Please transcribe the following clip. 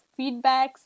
feedbacks